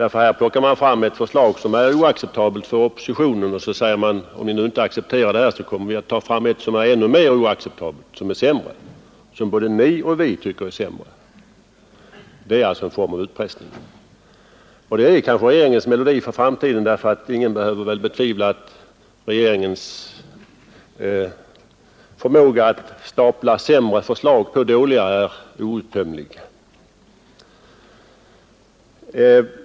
Regeringen lägger fram ett förslag som är oacceptabelt för oppositionen och säger: ”Om ni inte accepterar detta, lägger vi fram ett annat förslag som är ännu mer oacceptabelt och som både ni och vi tycker är sämre.” Det är alltså en form av utpressning. Detta blir kanske regeringens melodi för framtiden. Ingen behöver väl betvivla att regeringens förmåga att stapla sämre förslag på dåliga är outtömlig.